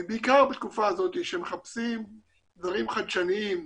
ובעיקר בתקופה הזאת שמחפשים דברים חדשניים,